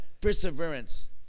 perseverance